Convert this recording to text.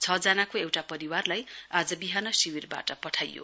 छ जनाको एउटा परिवारलाई आज बिहान शिविरबाट पठाइयो